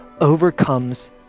overcomes